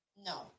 No